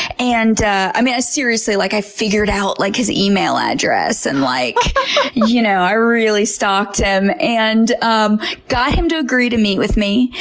and ah i mean, i seriously, like, i figured out like his email address, and like you know i really stalked him and um got him to agree to meet with me.